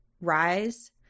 rise